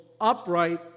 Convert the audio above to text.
upright